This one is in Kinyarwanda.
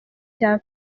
cya